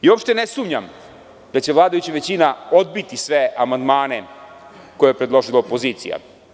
Uopšte ne sumnjam da će vladajuća većina odbiti sve amandmane koje je predložila opozicija.